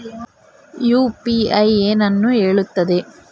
UPI ಏನನ್ನು ಹೇಳುತ್ತದೆ?